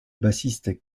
bassiste